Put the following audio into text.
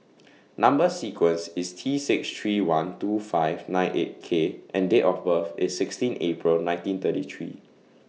Number sequence IS T six three one two five nine eight K and Date of birth IS sixteen April nineteen thirty three